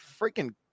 freaking